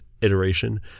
iteration